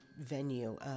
venue